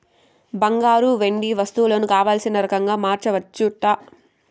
బంగారు, వెండి వస్తువులు కావల్సిన రకంగా మార్చచ్చట